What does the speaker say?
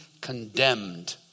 condemned